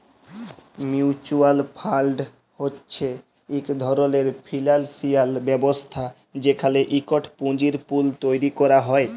mutual fund হছে ইক ধরলের ফিল্যালসিয়াল ব্যবস্থা যেখালে ইকট পুঁজির পুল তৈরি ক্যরা হ্যয়